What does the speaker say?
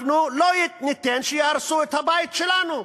אנחנו לא ניתן שיהרסו את הבית שלנו.